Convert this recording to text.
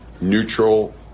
neutral